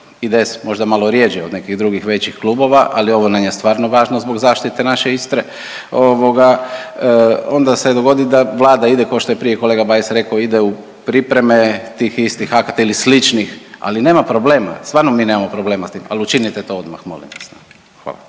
IDS možda malo rjeđe od nekih drugih većih klubova, ali ovo nam je stvarno važno zbog zaštite naše Istre, onda se dogodi da Vlada ide kao što je prije kolega Bajs rekao ide u pripreme tih istih akata ili sličnih. Ali nema problema, stvarno mi nemamo problema s tim ali učinite to molim vas.